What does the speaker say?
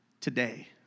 Today